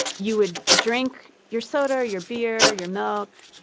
you would drink your soda or your beer, your milk,